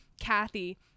Kathy